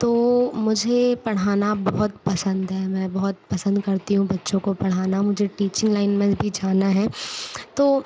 तो मुझे पढ़ाना बहुत पसंद है मैं बहुत पसंद करती हूँ बच्चों को पढ़ाना मुझे टीचिंग लाइन में भी जाना है तो